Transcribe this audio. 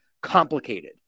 complicated